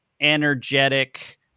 energetic